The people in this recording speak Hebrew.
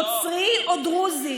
נוצרי או דרוזי.